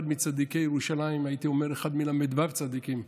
אחד מצדיקי ירושלים, הייתי אומר, אחד מל"ו צדיקים,